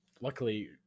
luckily